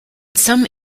some